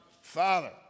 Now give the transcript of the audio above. Father